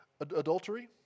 adultery